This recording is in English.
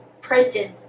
printed